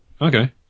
okay